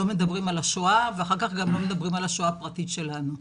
לא מדברים על השואה ואחר כך גם לא מדברים על השואה הפרטית שלנו.